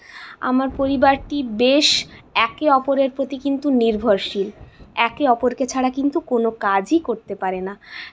আমার পরিবারটি বেশ একে অপরের প্রতি কিন্তু নির্ভরশীল একে অপরকে ছাড়া কিন্তু কোনো কাজই করতে পারে না